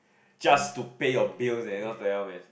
just to pay your bills eh what the hell man